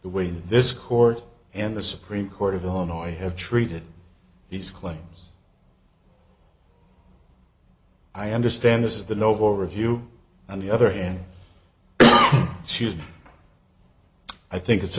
the way this court and the supreme court of the homo i have treated these claims i understand this the novo review on the other hand she was i think it's